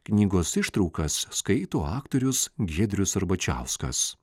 knygos ištraukas skaito aktorius giedrius arbačiauskas